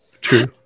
true